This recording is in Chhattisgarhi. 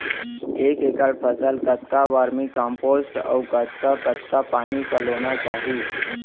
एक एकड़ फसल कतका वर्मीकम्पोस्ट अऊ कतका कतका पानी पलोना चाही?